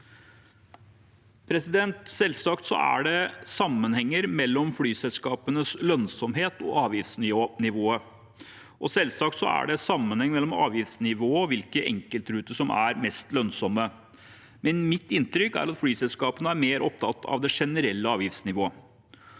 Selvsagt er det sammenhenger mellom flyselskapenes lønnsomhet og avgiftsnivået, og selvsagt er det sammenhenger mellom avgiftsnivået og hvilke enkeltruter som er mest lønnsomme, men mitt inntrykk er at flyselskapene er mer opptatt av det generelle avgiftsnivået.